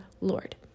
Lord